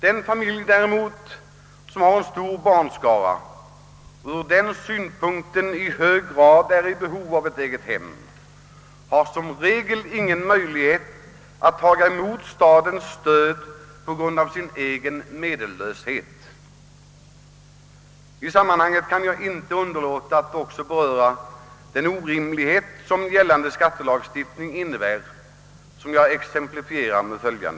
Den familj däremot som har en stor barnskara och av den anledningen i hög grad är i behov av eget hem, har som regel ingen möjlighet att ta emot statens stöd på grund av sin egen medellöshet. I det sammanhanget vill jag också framhålla den nuvarande skattelagstiftningens orimlighet.